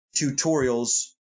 tutorials